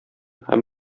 һәм